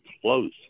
close